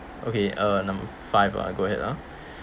okay uh number five lah I go ahead ah